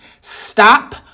stop